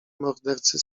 mordercy